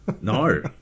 no